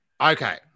Okay